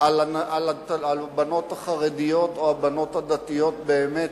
על הבנות החרדיות או הבנות הדתיות באמת,